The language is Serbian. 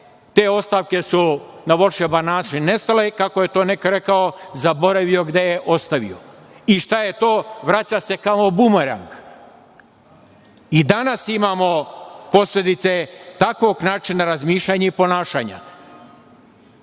te ostavke su na volšeban način nestale i, kako je to neko rekao, zaboravio gde je ostavio. I šta je to? Vraća se kao bumerang. I danas imamo posledice takvog načina razmišljanja i ponašanja,